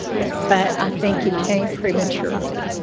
but i think it came prematurely